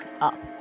up